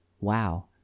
wow